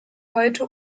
heute